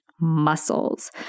muscles